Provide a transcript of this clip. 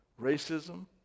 racism